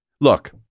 look